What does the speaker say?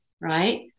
right